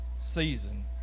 season